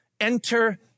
enter